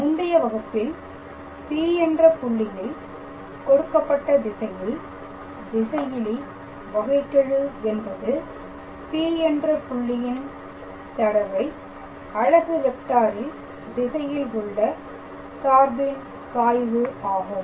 முந்தைய வகுப்பில் P என்ற புள்ளியில் கொடுக்கப்பட்ட திசையில் திசையிலி வகைக்கெழு என்பது P என்ற புள்ளியின் தடவை அலகு வெக்டாரில் திசையில் உள்ள சார்பின் சாய்வு ஆகும்